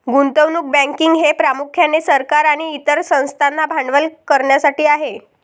गुंतवणूक बँकिंग हे प्रामुख्याने सरकार आणि इतर संस्थांना भांडवल करण्यासाठी आहे